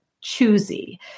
choosy